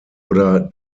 oder